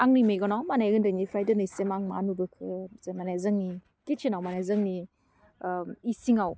आंनि मेगनाव मानि ओन्दैनिफ्राय दिनैसिम आं मा नुबोखो जेमानि जोंनि किदसोनाव माने जोंनि ओह इसिङाव